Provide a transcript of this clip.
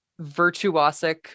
virtuosic